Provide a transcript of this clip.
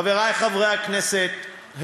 חברי חברי הכנסת,